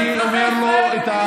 לא תיאמו עם השרה.